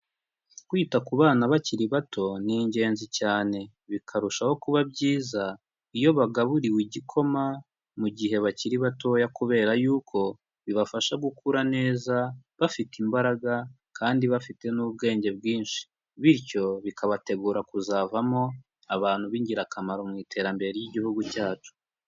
Kwita ku bana bakiri bato, ni ingenzi cyane. Bikarushaho kuba byiza, iyo bagaburiwe igikoma, mu gihe bakiri batoya kubera yuko bibafasha gukura neza bafite imbaraga, kandi bafite n'ubwenge bwinshi. Bityo bikabategura kuzavamo abantu b'ingirakamaro mu iterambere ry'igihugu cyacu.